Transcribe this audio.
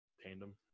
tandem